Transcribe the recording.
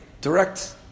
direct